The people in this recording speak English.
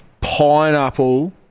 Pineapple